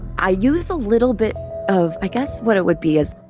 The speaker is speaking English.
i used a little bit of. i guess what it would be is.